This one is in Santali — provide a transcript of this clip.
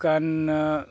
ᱦᱤᱡᱩᱜ ᱠᱟᱱ